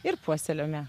ir puoselėjam ją